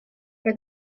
for